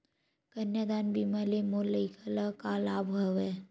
कन्यादान बीमा ले मोर लइका ल का लाभ हवय?